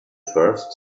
first